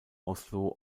oslo